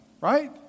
right